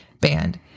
band